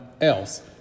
else